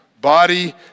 body